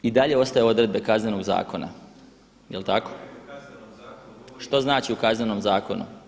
I dalje ostaju odredbe Kaznenog zakona je li tako? … [[Upadica se ne čuje.]] Što znači u Kaznenom zakonu?